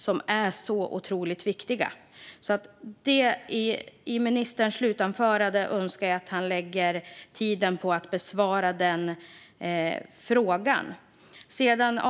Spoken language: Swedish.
Jag önskar därför att ministern i sitt slutanförande lägger tiden på att besvara denna fråga.